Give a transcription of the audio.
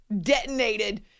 Detonated